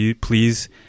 please